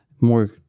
more